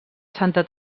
santa